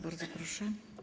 Bardzo proszę.